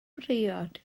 briod